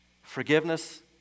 Forgiveness